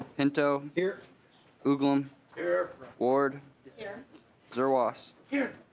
pinto here uglem here ward here zerwas here